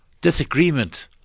disagreement